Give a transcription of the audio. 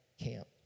camp